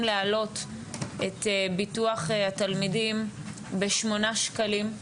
להעלות את ביטוח התלמידים בשמונה שקלים,